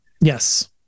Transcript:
Yes